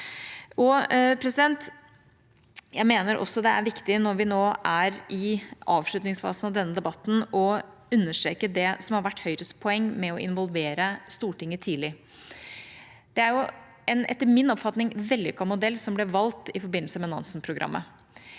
Jeg mener også det er viktig, når vi nå er i avslutningsfasen av denne debatten, å understreke det som har vært Høyres poeng med å involvere Stortinget tidlig. Etter min oppfatning var det en vellykket modell som ble valgt i forbindelse med Nansen-programmet.